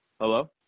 Hello